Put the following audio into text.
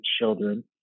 children